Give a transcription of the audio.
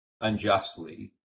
unjustly